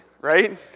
right